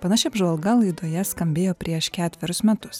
panaši apžvalga laidoje skambėjo prieš ketverius metus